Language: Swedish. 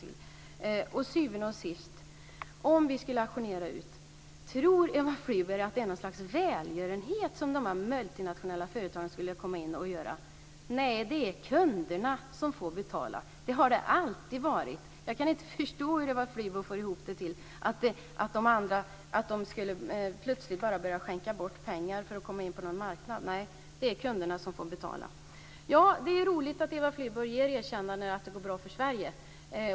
Till syvende och sist: Om vi skulle ha en utauktionering, tror då Eva Flyborg att dessa multinationella företag skulle ägna sig åt något slags välgörenhet? Nej, det är kunderna som får betala. Det har det alltid varit. Jag kan inte förstå hur Eva Flyborg kan få det till att företagen helt plötsligt skulle börja skänka bort pengar för att komma in på marknaden. Nej, det är kunderna som får betala. Det är roligt att Eva Flyborg erkänner att det går bra för Sverige.